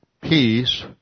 peace